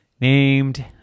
named